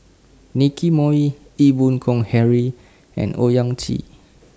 Nicky Moey Ee Boon Kong Henry and Owyang Chi